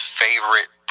favorite